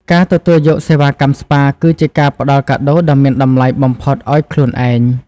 ការទទួលយកសេវាកម្មស្ប៉ាគឺជាការផ្ដល់កាដូដ៏មានតម្លៃបំផុតឱ្យខ្លួនឯង។